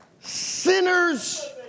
sinner's